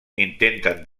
intenten